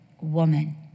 woman